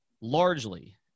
largely